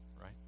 right